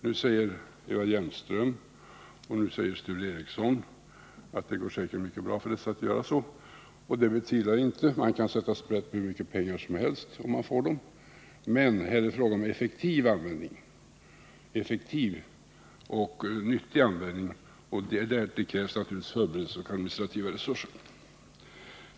Nu säger Eva Hjelmström och Sture Ericson att det säkerligen går mycket bra för organisationerna att göra så, och det betvivlar jag inte. Man kan sätta sprätt på hur mycket pengar som helst, om man får dem. Men här är det fråga om effektiv och nyttig användning, och då krävs naturligtvis administrativa resurser.